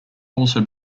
also